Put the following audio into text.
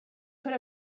could